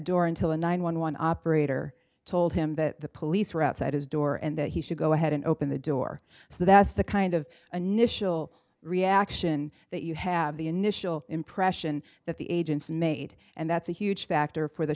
door until the nine one one operator told him that the police were outside his door and that he should go ahead and open the door so that's the kind of a knish ill reaction that you have the initial impression that the agents made and that's a huge factor for the